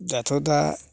दाथ' दा